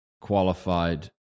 qualified